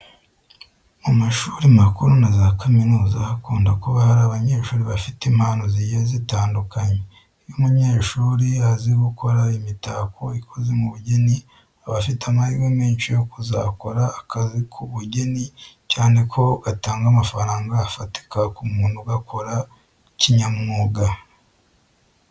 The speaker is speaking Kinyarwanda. Mu mashuri makuru na za kaminuza hakunda kuba hari abanyeshuri bafite impano zigiye zitandukanye. Iyo umunyeshuri azi gukora imitako ikoze mu bugeni, aba afite amahirwe menshi yo kuzakora akazi ku bugeni cyane ko gatanga n'amafaranga afatika ku muntu ugakora kinyamwuga.